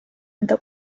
enda